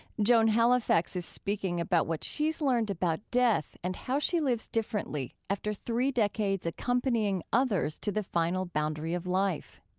joan halifax is speaking about what she's learned about death and how she lives differently after three decades accompanying others to the final boundary of life.